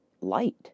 light